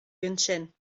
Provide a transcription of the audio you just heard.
ansin